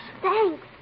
Thanks